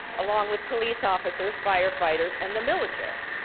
along with police officers, firefighters and the military.